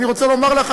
אני רוצה לומר לךְ,